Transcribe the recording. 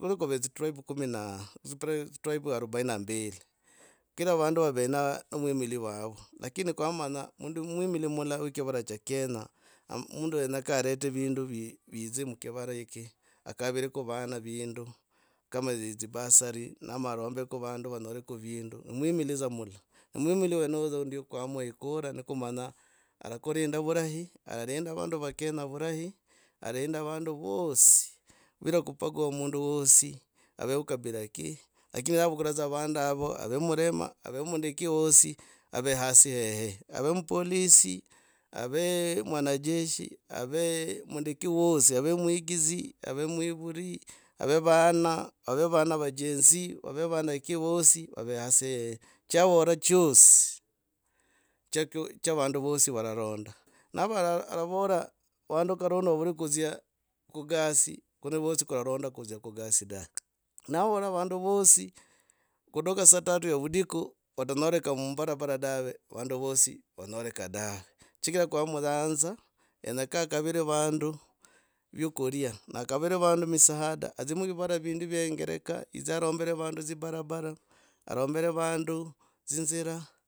kuli kuve dzitribe kumi na dzitribe arubaine na mbili. Kila vandu vawe na namwimili wava. Lakini kwamanya mundu mwimili mulala wa kivara cha kenya mundu wenyekaa arete vi, vidzi mukivara eki akavireko vana vindu kama edzibursary ama arombeko vandu vaonyoreko vindu. mwimili dza mula. Mwimili wenoyo dza ndyo kwama ekura nikumanya arakulinda vulahi, alalinda vandu va kenya vulahi alalinda vandu vosi vwira kubagua mundu wosi ave wo kabila ki lakini avakura avandi, ava, ave muremo, ave mundu ki wosi ave hosi hehe. Ave mupolisi. ave mwanajeshi ave mundu ki wosi ave mwekidzi ave mwivuli. ave vana ave van ava gno vave vana ki vosi vave hosi hehe chavora chosi cha vandu vosi vararanda nava aravora vandu kanono vavure kudzia kugasi kunyi vosi kuraranda kudzia kugasi da. Navora vandu vosi kuduka saturday vudiku vadanyoleka mumbarabara dave. vandu vosi vanyoreka dave chigira kwamuyanza. yenyaka akavire vandu vyakulya akavire vandu misaada adzie mumivara vindi vye ingereka yidze arombire vandu dzibarabara armoire vandu dzinzira.